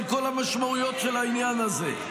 על כל המשמעויות של העניין הזה,